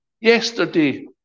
Yesterday